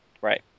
Right